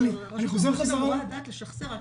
מיכל, אני חוזר חזרה ----- לדעת לשחזר.